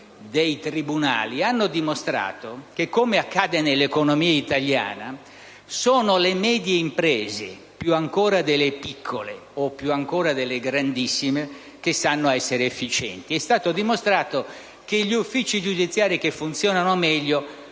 dei tribunali hanno dimostrato che, come accade nell'economia italiana, sono le medie imprese, più ancora delle piccole o delle grandissime, che sanno essere efficienti. È stato infatti dimostrato che gli uffici giudiziari che funzionano meglio